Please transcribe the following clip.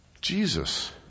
Jesus